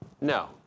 No